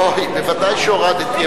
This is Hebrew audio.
אוה, ודאי שהורדתי.